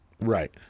Right